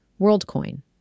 WorldCoin